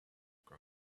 grow